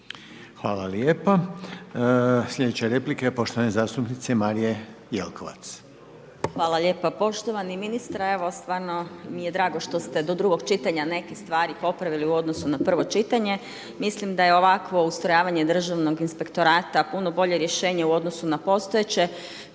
Hvala lijepa. Slijedeća replika je poštovane zastupnice Marije Jelkovac. **Jelkovac, Marija (HDZ)** Hvala lijepa. Poštovani ministre, evo stvarno mi je drago što ste do drugog čitanja neke stvari popravili u odnosu na prvo čitanje. Mislim da je ovakvo ustrojavanje Državnog inspektorata puno bolje rješenje u odnosu na postojeće.